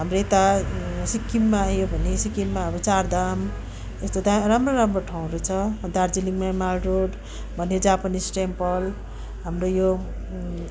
हाम्रो यता सिक्किममा आयो भने सिक्किममा हाम्रो चारधाम यस्तो दा राम्रो राम्रो ठाउँहरू छ दार्जिलिङमै मालरोड भन्ने जापानिस टेम्पल हाम्रो यो